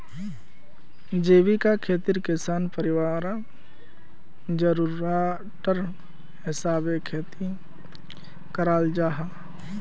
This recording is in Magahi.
जीविका खेतित किसान परिवारर ज़रूराटर हिसाबे खेती कराल जाहा